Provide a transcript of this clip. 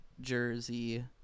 jersey